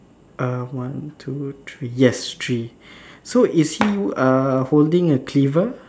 uh one two three yes three so is he uh holding a cleaver